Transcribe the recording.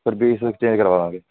ਫਿਰ ਚੇਂਜ ਕਰਵਾਦਾਂਗੇ